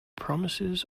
promises